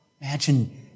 Imagine